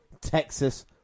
Texas